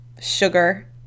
sugar